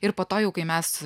ir po to jau kai mes